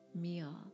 meal